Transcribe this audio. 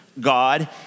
God